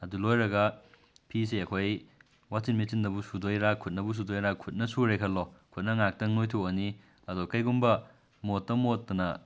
ꯑꯗꯨ ꯂꯣꯏꯔꯒ ꯐꯤꯁꯦ ꯑꯩꯈꯣꯏ ꯋꯥꯆꯤꯟ ꯃꯦꯆꯤꯟꯗꯕꯨ ꯁꯨꯗꯣꯏꯔ ꯈꯨꯠꯅꯕꯨ ꯁꯨꯗꯣꯏꯔ ꯈꯨꯠꯅ ꯁꯨꯨꯔꯦ ꯈꯟꯂꯣ ꯈꯨꯠꯅ ꯉꯥꯏꯍꯥꯛꯇꯪ ꯅꯣꯏꯊꯣꯛꯑꯅꯤ ꯑꯗꯣ ꯀꯩꯒꯨꯝꯕ ꯃꯣꯠꯇ ꯃꯣꯠꯇꯅ